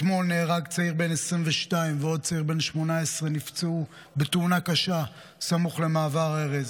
אתמול נהרג צעיר בן 22 ועוד צעיר בן 18 נפצע בתאונה קשה סמוך למעבר ארז.